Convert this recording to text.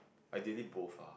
ideally both ah